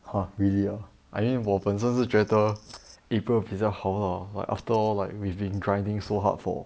!huh! really ah I mean 我本身是觉得 april 比较好 lah like after all like we've been grinding so hard for